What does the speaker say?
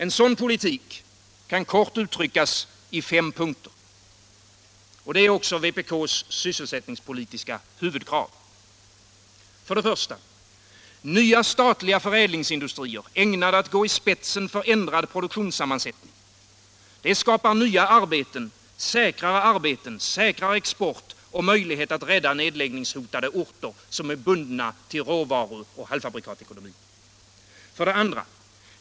En sådan politik kan kort uttryckas i fem punkter, vilka också utgör vpk:s sysselsättningspolitiska huvudkrav. 1. Nya statliga förädlingsindustrier, ägnade att gå i spetsen för ändrad produktionssammansättning. Det skapar nya arbeten, säkrare arbeten, säkrare export och möjlighet att rädda nedläggningshotade orter som är bundna till råvaru och halvfabrikatsproduktion. 2.